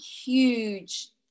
huge